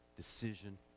decision